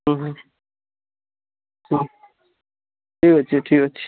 ଉଁ ହୁଁ ହୁଁ ଠିକ୍ ଅଛି ଠିକ୍ ଅଛି